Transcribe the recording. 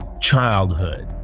childhood